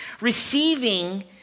receiving